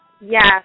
Yes